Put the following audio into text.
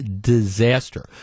disaster